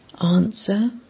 Answer